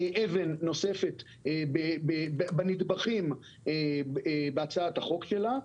היא אבן נוספת בנדבכים בהצעת החוק שלה.